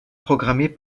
programmés